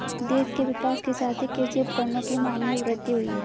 देश के विकास के साथ ही कृषि उपकरणों की मांग में वृद्धि हुयी है